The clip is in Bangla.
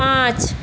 পাঁচ